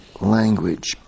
language